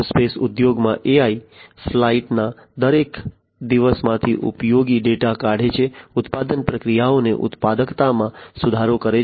aerospace ઉદ્યોગમાં AI ફ્લાઇટના દરેક દિવસમાંથી ઉપયોગી ડેટા કાઢે છે ઉત્પાદન પ્રક્રિયાઓની ઉત્પાદકતામાં સુધારો કરે છે